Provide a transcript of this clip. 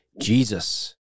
Jesus